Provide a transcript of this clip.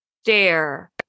stare